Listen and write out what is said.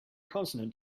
consonant